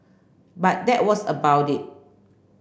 but that was about it